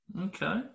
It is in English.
Okay